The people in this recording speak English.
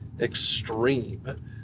extreme